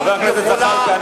חבר הכנסת זחאלקה,